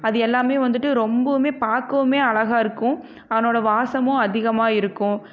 அது எல்லாமே வந்துவிட்டு ரொம்பவுமே பார்க்கவுமே அழகாக இருக்கும் அதனோட வாசமும் அதிகமாக இருக்கும்